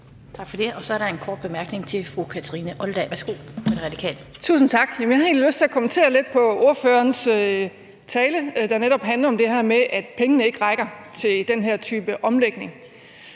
Tak for det. Så er der en kort bemærkning til fru Kathrine Olldag fra De Radikale. Værsgo. Kl. 11:41 Kathrine Olldag (RV): Tusind tak. Jeg har egentlig lyst til at kommentere lidt på ordførerens tale, der netop handler om det her med, at pengene ikke rækker til den her type omlægning.